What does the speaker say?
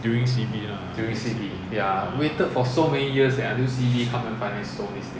during C_B lah ya